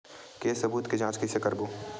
के सबूत के जांच कइसे करबो?